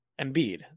Embiid